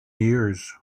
years